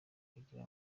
kugira